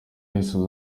yesu